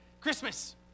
Christmas